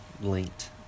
linked